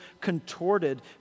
contorted